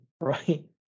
Right